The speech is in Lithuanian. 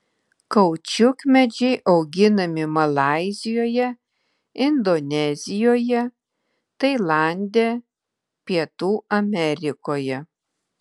kaučiukmedžiai auginami malaizijoje indonezijoje tailande pietų amerikoje